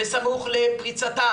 בסמוך לפריצתה,